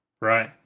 right